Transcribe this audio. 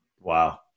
Wow